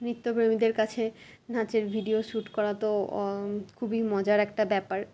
নৃত্যপ্রেমীদের কাছে নাচের video shoot করা তো খুবই মজার একটা ব্যাপার